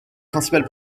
principale